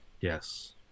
Yes